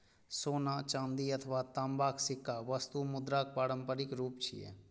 सोना, चांदी अथवा तांबाक सिक्का वस्तु मुद्राक पारंपरिक रूप छियै